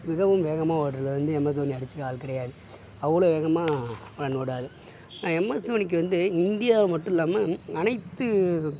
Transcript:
மிகவும் வேகமாக ஓடுறதுல வந்து எம் எஸ் தோனியை அடிச்சுக்க ஆள் கிடையாது அவ்வளோ வேகமாக ரன் ஓடுவார் எம் எஸ் தோனிக்கு வந்து இந்தியா மட்டுல்லாமல் அனைத்து